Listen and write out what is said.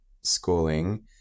schooling